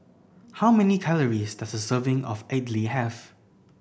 how many calories does a serving of Idly have